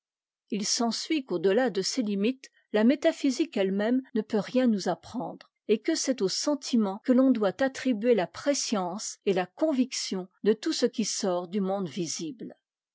il s'ensuit qu'au de à de ses limites n métaphysique efie méme ne peut'rien nous apprendre et que c'est au sentiment que l'on doit attribuer la prescience et la conviction de tout ce qui sort du monde visible